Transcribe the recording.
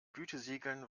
gütesiegeln